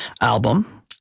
album